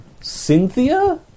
Cynthia